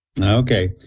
okay